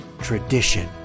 Tradition